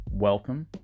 Welcome